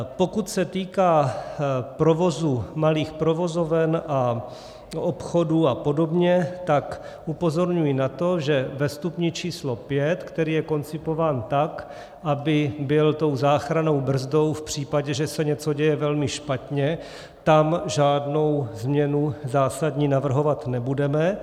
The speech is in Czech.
Pokud se týká provozu malých provozoven, obchodů a podobně, tak upozorňuji na to, že ve stupni číslo pět, který je koncipován tak, aby byl tou záchrannou brzdou v případě, že se děje něco velmi špatně, tam žádnou zásadní změnu navrhovat nebudeme.